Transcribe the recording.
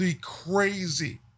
crazy